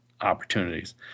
opportunities